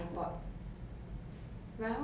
would you um